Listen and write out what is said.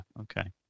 okay